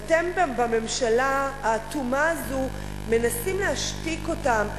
ואתם, בממשלה האטומה הזו, מנסים להשתיק אותם.